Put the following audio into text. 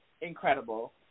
incredible